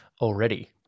already